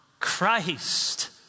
Christ